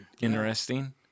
interesting